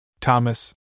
Thomas